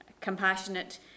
compassionate